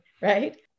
right